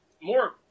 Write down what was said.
more